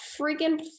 freaking